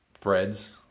threads